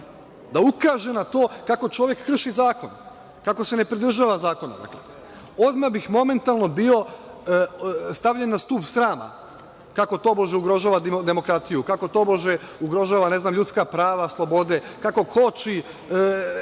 da ukaže na to kako čovek krši zakon, kako se ne pridržava zakona. Odmah bi momentalno bio stavljen na stub srama kako tobože ugrožava demokratiju, kako tobože ugrožava, ne znam, ljudska prava, slobode, kako koči